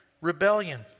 rebellion